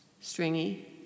stringy